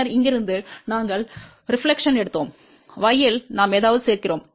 பின்னர் இங்கிருந்து நாங்கள் பிரதிபலிப்பை எடுத்தோம் y இல் நாம் ஏதாவது சேர்க்கிறோம்